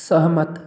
सहमत